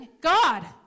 God